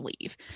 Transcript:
leave